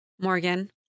Morgan